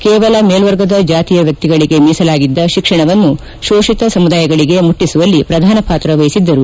ಕೇವಲ ಮೇಲ್ವರ್ಗದ ಜಾತಿ ವ್ಹಕ್ತಿಗಳಿಗೆ ಮೀಸಲಾಗಿದ್ದ ಶಿಕ್ಷಣವನ್ನು ಶೋಷಿತ ಸಮುದಾಯಗಳಿಗೆ ಮುಟ್ಟಸುವಲ್ಲಿ ಪ್ರಧಾನಪಾತ್ರ ವಹಿಸಿದ್ದರು